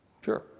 Sure